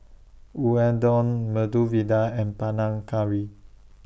Unadon Medu Vada and Panang Curry